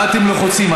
מה אתם לחוצים?